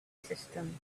system